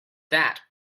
that